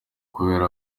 kugenda